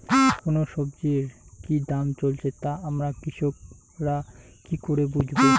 কোন সব্জির কি দাম চলছে তা আমরা কৃষক রা কি করে বুঝবো?